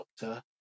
doctor